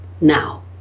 now